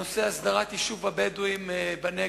נושא הסדרת יישוב הבדואים בנגב.